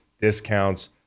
discounts